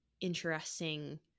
interesting